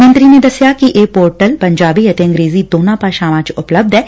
ਮੰਤਰੀ ਨੇ ਦਸਿਆ ਕਿ ਇਹ ਪੋਰਟਲ ਪੰਜਾਬੀ ਅਤੇ ਅੰਗਰੇਜ਼ੀ ਦੋਨਾਂ ਭਾਸ਼ਾਵਾਂ ਚ ਉਪਲੱਬਧ ਐ